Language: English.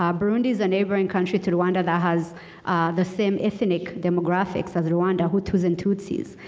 um burundi is a neighboring country to to rowanda that has the same ethnic demographics as rowanda hutus and tsotsis.